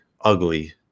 ugly